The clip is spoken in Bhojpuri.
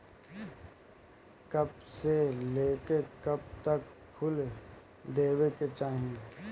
कब से लेके कब तक फुल देवे के चाही?